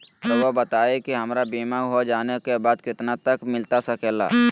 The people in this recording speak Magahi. रहुआ बताइए कि हमारा बीमा हो जाने के बाद कितना तक मिलता सके ला?